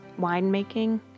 winemaking